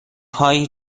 هایی